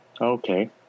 Okay